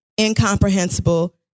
incomprehensible